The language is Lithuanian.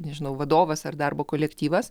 nežinau vadovas ar darbo kolektyvas